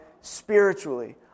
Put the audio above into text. spiritually